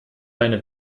eine